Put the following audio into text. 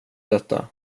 detta